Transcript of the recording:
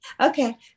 Okay